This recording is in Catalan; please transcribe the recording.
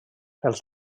els